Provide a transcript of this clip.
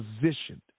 positioned